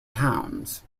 towns